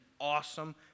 awesome